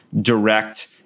direct